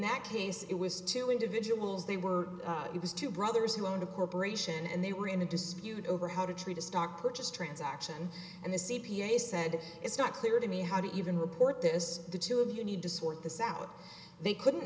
that case it was two individuals they were it was two brothers who owned a corporation and they were in a dispute over how to treat a stock purchase transaction and the c p a said it's not clear to me how to even report this the two of you need to sort this out they couldn't